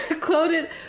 quoted